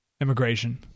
immigration